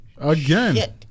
Again